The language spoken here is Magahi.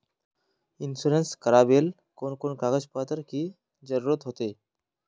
इंश्योरेंस करावेल कोन कोन कागज पत्र की जरूरत होते?